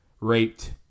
raped